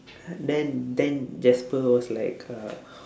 then then jasper was like uh